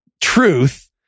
truth